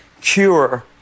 cure